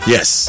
Yes